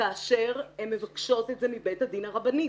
כאשר הן מבקשות את זה מבית הדין הרבני,